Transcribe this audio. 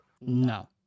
No